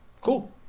cool